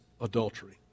adultery